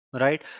right